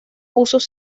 usos